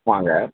வாங்க